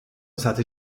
state